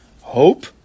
Hope